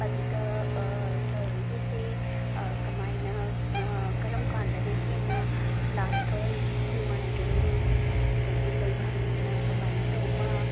ꯑꯗꯨꯗ ꯁꯤꯔ ꯍꯣꯏꯒꯤꯁꯦ ꯀꯃꯥꯏꯅ ꯀꯔꯝ ꯀꯥꯟꯗꯅ ꯍꯦꯟꯅ ꯂꯥꯛꯄ ꯅꯨꯡꯉꯥꯏꯒꯅꯤ ꯑꯗꯒꯤ ꯂꯩꯐꯝꯅ ꯀꯃꯥꯏꯅ ꯇꯧꯕ